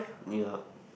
ya